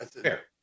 Fair